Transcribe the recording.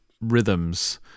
rhythms